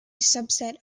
subset